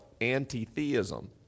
anti-theism